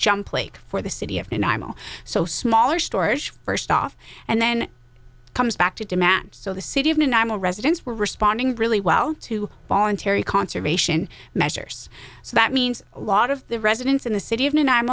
jump lake for the city of denial so smaller stores first off and then comes back to demand so the city of minimal residents were responding really well to voluntary conservation measures so that means a lot of the residents in the city of new